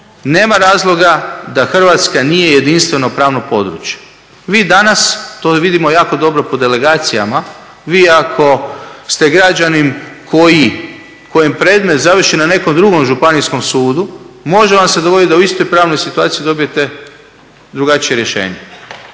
Nema razloga da Hrvatska nije jedinstveno pravno područje. Vi danas, to vidimo jako dobro po delegacijama, vi ako ste građanin kojem predmet završi na nekom drugom županijskom sudu može vam se dogoditi da u istoj pravnoj situaciji dobijete drugačije rješenje.